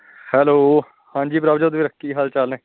hello ਹਾਂਜੀ ਪ੍ਰਭਜੋਤ ਵੀਰ ਕੀ ਹਾਲ ਚਾਲ ਨੇ